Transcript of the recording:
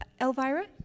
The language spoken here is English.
Elvira